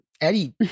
Eddie